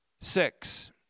Six